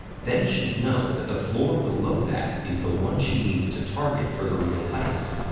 then she'd know that the floor below that is the one she needs to target for the real heist.